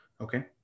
okay